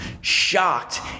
shocked